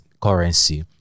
currency